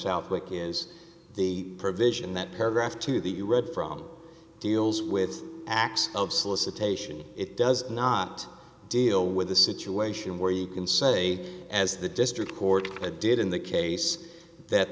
southwick is the provision that paragraph two that you read from deals with acts of solicitation it does not deal with a situation where you can say as the district court did in the case that